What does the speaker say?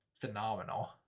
phenomenal